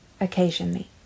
occasionally